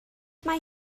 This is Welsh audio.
mae